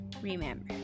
Remember